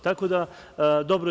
Tako da, dobro je.